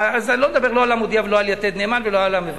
אז אני לא מדבר על "המודיע" ולא על "יתד נאמן" ולא על "המבשר".